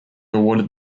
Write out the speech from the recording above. awarded